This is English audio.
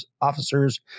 officers